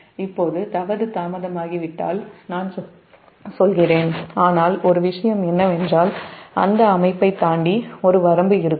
இப்போது தவறு தாமதமாகி விட்டால் நான் சொல்கிறேன் ஆனால் ஒரு விஷயம் என்னவென்றால் அந்த அமைப்பைத் தாண்டி ஒரு வரம்பு இருக்கும்